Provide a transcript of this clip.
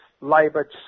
Labour